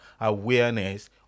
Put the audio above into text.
awareness